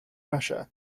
russia